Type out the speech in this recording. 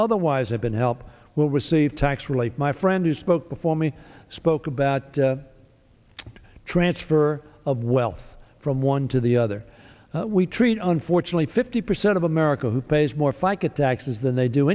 otherwise have been helped will receive tax relief my friend who spoke before me spoke about the transfer of wealth from one to the other we treat unfortunately fifty percent of america who pays more fica taxes than they do